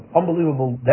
unbelievable